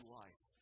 life